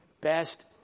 best